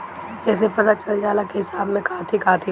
एसे पता चल जाला की हिसाब में काथी काथी बा